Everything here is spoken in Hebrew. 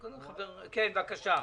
לישראל, בבקשה.